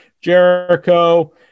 Jericho